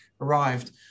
arrived